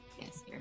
yes